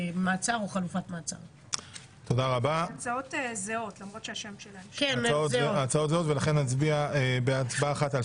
לסדר-היום, סעיף ג: איוש חברים בוועדות